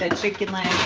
and chicken leg?